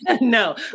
no